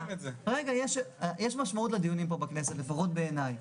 יש משמעות לדיונים פה בכנסת, לפחות בעיני.